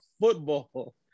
football